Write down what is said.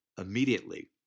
immediately